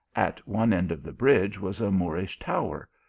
at one end of the bridge was a moorish tower,